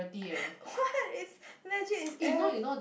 what is legit is F